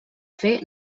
fer